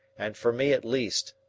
and for me at least,